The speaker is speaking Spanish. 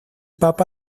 papa